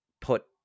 put